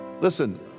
Listen